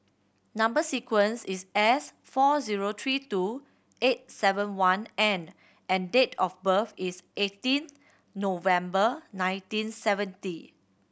number sequence is S four zero three two eight seven one N and date of birth is eighteen November nineteen seventy